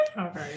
Okay